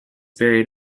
buried